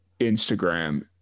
Instagram